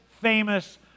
famous